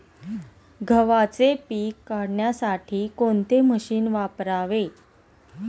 गव्हाचे पीक काढण्यासाठी कोणते मशीन वापरावे?